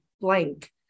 blank